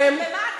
ומה התקווה?